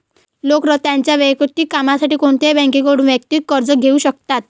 लोक त्यांच्या वैयक्तिक कामासाठी कोणत्याही बँकेकडून वैयक्तिक कर्ज घेऊ शकतात